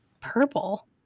Purple